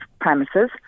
premises